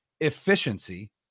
efficiency